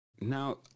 Now